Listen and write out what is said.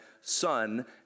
son